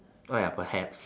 oh ya perhaps